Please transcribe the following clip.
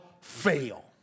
fail